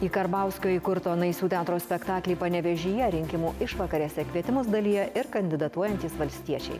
į karbauskio įkurto naisių teatro spektaklį panevėžyje rinkimų išvakarėse kvietimus dalijo ir kandidatuojantys valstiečiai